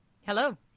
hello